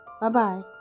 Bye-bye